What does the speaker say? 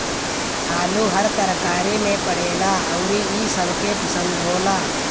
आलू हर तरकारी में पड़ेला अउरी इ सबके पसंद होला